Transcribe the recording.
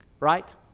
Right